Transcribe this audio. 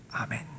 Amen